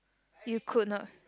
you could not